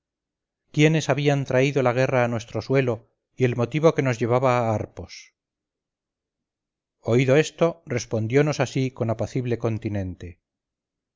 quiénes habían traído la guerra a nuestro suelo y el motivo que nos llevaba a arpos oído esto respondionos así con apacible continente